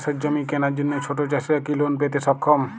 চাষের জমি কেনার জন্য ছোট চাষীরা কি লোন পেতে সক্ষম?